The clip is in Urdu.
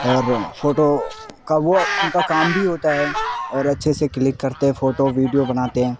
اور فوٹو کا وہ ان کا کام بھی ہوتا ہے اور اچھے سے کلک کرتے فوٹو ویڈیو بناتے ہیں